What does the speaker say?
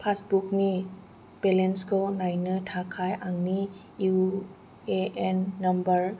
passbook नि balance खौ नायनो थाखाय आंनि इउएएन नाम्बार